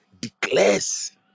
declares